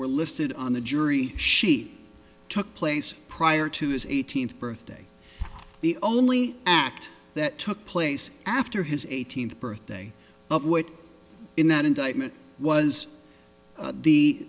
were listed on the jury she took place prior to his eighteenth birthday the only act that took place after his eighteenth birthday of which in that indictment was